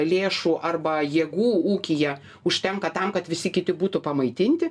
lėšų arba jėgų ūkyje užtenka tam kad visi kiti būtų pamaitinti